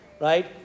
right